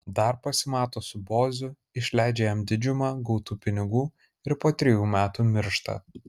dar pasimato su boziu išleidžia jam didžiumą gautų pinigų ir po trejų metų miršta